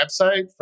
website